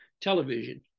Television